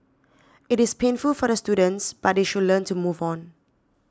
it is painful for the students but they should learn to move on